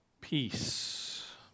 Peace